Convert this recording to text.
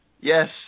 Yes